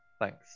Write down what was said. Thanks